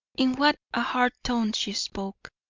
in what a hard tone she spoke!